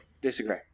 Disagree